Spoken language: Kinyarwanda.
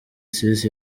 sisi